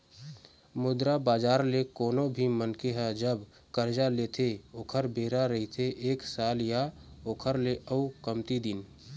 मुद्रा बजार ले कोनो भी मनखे ह जब करजा लेथे ओखर बेरा रहिथे एक साल या ओखर ले अउ कमती दिन